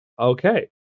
Okay